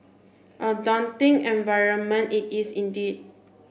a daunting environment it is indeed